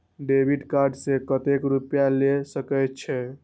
Debit card से कतेक रूपया ले सके छै?